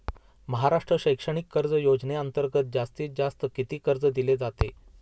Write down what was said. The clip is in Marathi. महाराष्ट्र शैक्षणिक कर्ज योजनेअंतर्गत जास्तीत जास्त किती कर्ज दिले जाते?